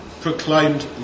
proclaimed